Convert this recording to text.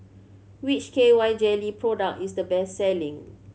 which K Y Jelly product is the best selling